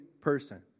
person